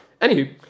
Anywho